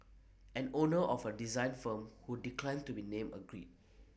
an owner of A design firm who declined to be named agreed